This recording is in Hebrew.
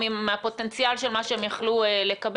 או מהפוטנציאלי של מה שהם יכלו לקבל,